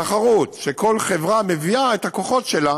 תחרות, שכל חברה מביאה את הכוחות שלה